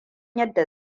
yadda